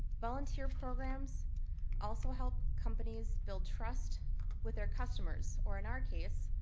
volunteer programs also help companies build trust with their customers, or in our case,